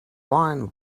wine